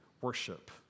worship